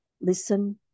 Listen